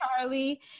Charlie